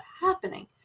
happening